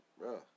bro